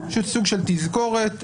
סוג של תזכורת,